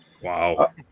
Wow